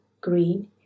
green